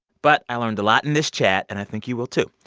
but i learned a lot in this chat, and i think you will, too.